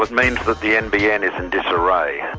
kind of the nbn is in disarray.